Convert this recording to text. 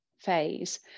phase